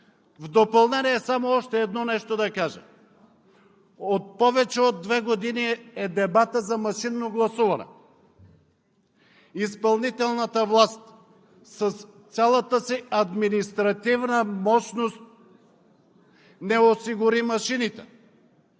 В допълнение, само още едно нещо да кажа. Повече от две години е дебатът за машинно гласуване. Изпълнителната власт с цялата си административна мощност не осигури машините,